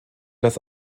das